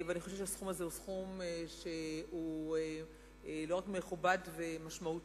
ואני חושבת שהסכום הזה הוא סכום שהוא לא רק מכובד ומשמעותי,